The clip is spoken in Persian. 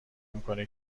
میکنه